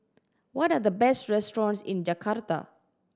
what are the best restaurants in Jakarta